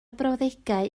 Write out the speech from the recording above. brawddegau